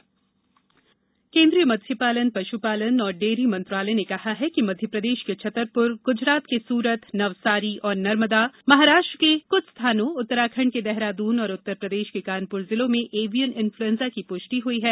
bird flu निर्देश केन्द्रीय मत्स्यपालन पश्पालन और डेयरी मंत्रालय ने कहा है कि मध्यप्रदेश के छतरपुर गुजरात के सूरत नवसारी और नर्मदा महाराष्ट्र के कुछ स्थानों उत्तराखंड के देहरादून और उत्तर प्रदेश के कानपुर जिलों में एविएन इन्फ्लुएंजा की पुष्टि हुई है